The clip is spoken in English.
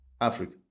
Africa